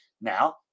Now